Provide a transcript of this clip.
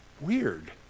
weird